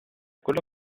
quello